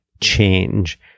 change